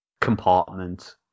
compartment